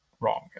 wrong